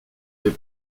des